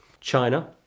China